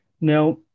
Now